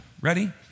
Ready